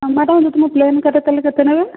ଆଉ ମ୍ୟାଡ଼ମ୍ ଯଦି ମୁଁ ପ୍ଲେନ୍ କାଟେ ତା ହେଲେ କେତେ ନେବେ